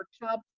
workshop